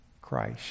Christ